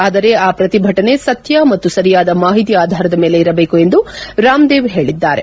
ಆದರೆ ಆ ಪ್ರತಿಭಟನೆ ಸತ್ನ ಮತ್ತು ಸರಿಯಾದ ಮಾಹಿತಿ ಆಧಾರದ ಮೇಲೆ ಇರಬೇಕು ಎಂದು ರಾಮ್ದೇವ್ ಹೇಳಿದ್ದಾರೆ